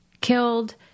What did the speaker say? killed